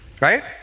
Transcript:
right